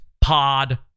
pod